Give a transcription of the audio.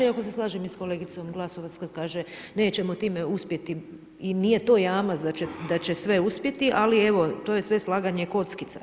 Iako se slažem i sa kolegicom Glasovac kad kaže nećemo time uspjeti i nije to jamac da će sve uspjeti, ali evo to je sve slaganje kockica.